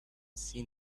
seen